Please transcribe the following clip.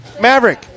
maverick